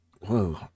whoa